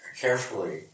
carefully